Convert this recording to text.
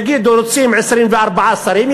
יגידו: רוצים 24 שרים,